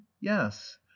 Yes